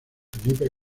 felipe